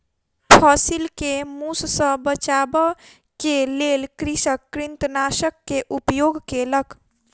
फसिल के मूस सॅ बचाबअ के लेल कृषक कृंतकनाशक के उपयोग केलक